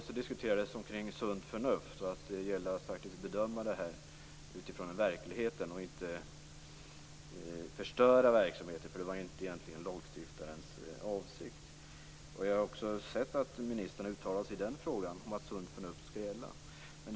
Då diskuterades frågan om sunt förnuft och att det gäller att bedöma det hela utifrån verkligheten och inte förstöra verksamheter, eftersom det egentligen inte är lagstiftarens avsikt. Jag har också sett att ministern uttalat sig i den frågan och sagt att sunt förnuft skall gälla.